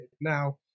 Now